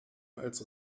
als